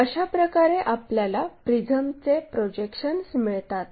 अशाप्रकारे आपल्याला प्रिझमचे प्रोजेक्शन्स मिळतात